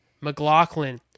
McLaughlin